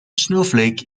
snowflake